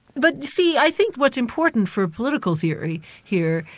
but you see i think what's important for a political theory here,